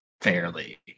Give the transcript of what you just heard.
fairly